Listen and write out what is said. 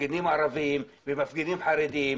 מפגינים ערבים ומפגינים חרדים,